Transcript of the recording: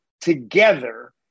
together